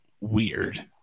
weird